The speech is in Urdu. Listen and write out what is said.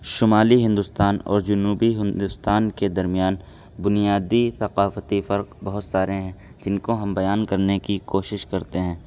شمالی ہندوستان اور جنوبی ہندوستان کے درمیان بنیادی ثقافتی فرق بہت سارے ہیں جن کو ہم بیان کرنے کی کوشش کرتے ہیں